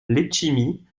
letchimy